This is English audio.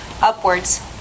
upwards